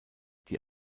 die